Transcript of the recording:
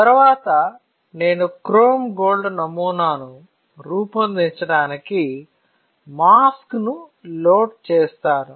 తరువాత నేను chrome gold నమూనాను రూపొందించడానికి మాస్క్ ను లోడ్ చేస్తాను